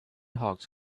hawks